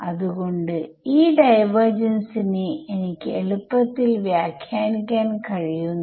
അത്പോലെ എനിക്ക് വേണ്ടിയും എഴുതാൻ കഴിയും